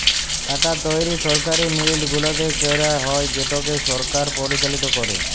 টাকা তৈরি সরকারি মিল্ট গুলাতে ক্যারা হ্যয় যেটকে সরকার পরিচালিত ক্যরে